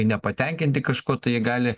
nepatenkinti kažkuo tai jie gali